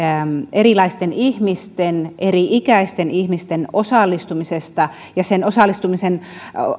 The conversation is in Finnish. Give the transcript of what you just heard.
erilaisten ihmisten eri ikäisten ihmisten osallistumisesta politiikkaan ja sen